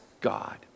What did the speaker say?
God